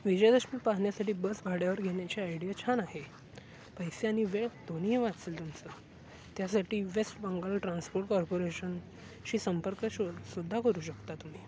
विजयदशमी पाहण्यासाठी बस भाड्यावर घेण्याची आयडिया छान आहे पैसे आणि वेळ दोन्ही वाचेल तुमचं त्यासाठी वेस्ट बंगाल ट्रान्सपोर्ट कॉर्पोरेशनशी संपर्क शोसुद्धा करू शकता तुम्ही